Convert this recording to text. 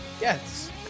Yes